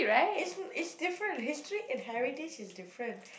is is different history and heritage is different